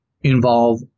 involve